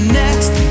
next